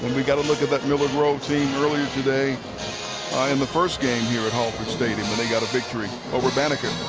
we've got look at that miller grove team earlier today in the first game here at hallford stadium, and they got a victory over banneker.